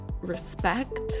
respect